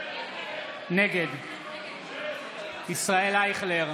נגד ישראל אייכלר,